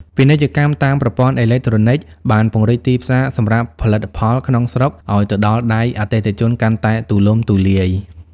ពាណិជ្ជកម្មតាមប្រព័ន្ធអេឡិចត្រូនិកបានពង្រីកទីផ្សារសម្រាប់ផលិតផលក្នុងស្រុកឱ្យទៅដល់ដៃអតិថិជនកាន់តែទូលំទូលាយ។